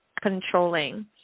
controlling